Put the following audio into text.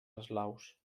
eslaus